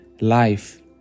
life